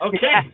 Okay